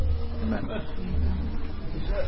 Amen